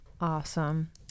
Awesome